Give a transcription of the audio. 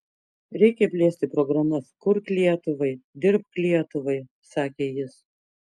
reikia plėsti programas kurk lietuvai dirbk lietuvai sakė jis